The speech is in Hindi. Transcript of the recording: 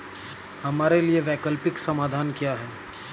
हमारे लिए वैकल्पिक समाधान क्या है?